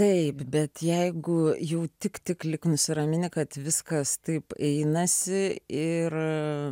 taip bet jeigu jau tik tik lyg nusiramini kad viskas taip einasi ir